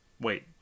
Wait